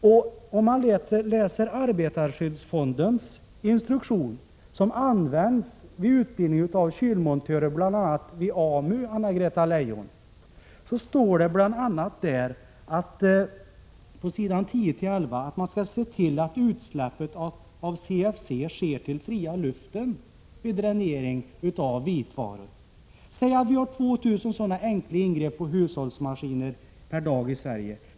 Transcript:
Om man läser arbetarskyddsfondens instruktioner, som används vid utbildning av kylmontörer, bl.a. vid AMU, finner man på s. 10-11: ”Se till att utsläpp av CFC sker till fria luften.” Säg att det sker 2 000 sådana enkla ingrepp som dränering av hushållsmaskiner per dag i Sverige.